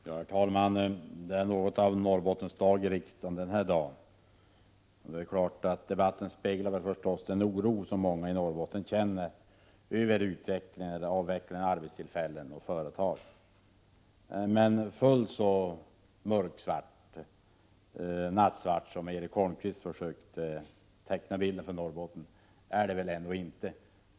Herr talman! Det är något av Norrbottens dag i riksdagen den här dagen. Debatten speglar förstås den oro som många i Norrbotten känner över utvecklingen, med avveckling av arbetstillfällen och företag. Fullt så nattsvart som Erik Holmkvist försöker teckna den är väl ändå inte bilden av Norrbotten.